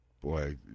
Boy